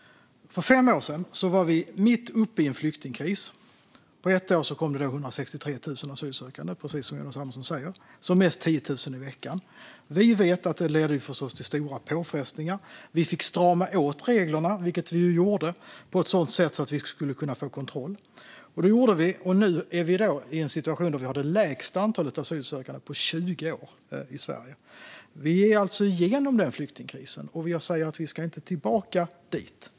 För fem år sedan var vi mitt uppe i en flyktingkris. På ett år kom då 163 000 asylsökande, precis som Jonas Andersson säger. Som mest kom det 10 000 i veckan. Vi vet att detta ledde till stora påfrestningar. Vi fick strama åt reglerna, vilket vi ju gjorde, så att vi skulle kunna få kontroll. Det gjorde vi, och nu är vi i en situation där vi i Sverige har det minsta antalet asylsökande på 20 år. Vi ha alltså kommit igenom flyktingkrisen, och jag säger att vi inte ska tillbaka dit.